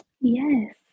Yes